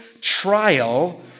trial